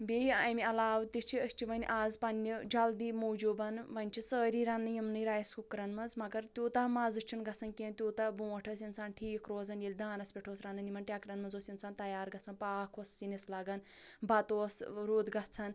بیٚیہِ اَمہِ عَلاو تہِ چھِ أسۍ چھِ وۄنۍ آز پَننہِ جلدی موٗجوبَن وونۍ چھِ سٲری رَنان یِمنٕے رایس کُکرَن مَنٛز مگر تیٛوٗتاہ مَزٕ چھُنہٕ گَژھان کیٚنٛہہ تیٛوٗتاہ بونٛٹھ ٲسۍ انسان ٹھیٖک روزان ییٚلہِ دانَس پٮ۪ٹھ اوس رَنان یمن ٹیٚکرن مَنٛز اوس انسان تیار گَژھان پاکھ اوس سِنِس لگان بَتہٕ اوس ٲں رُت گَژھان